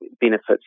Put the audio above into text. benefits